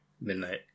Midnight